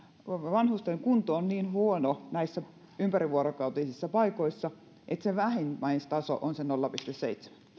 vanhusten kunto on niin huono näissä ympärivuorokautisissa paikoissa että vähimmäistaso on se nolla pilkku seitsemän